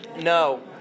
No